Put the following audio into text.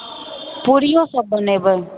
पूरियोसभ बनेबै